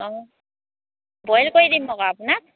অঁ বইল কৰি দিম আকৌ আপোনাক